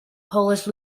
polish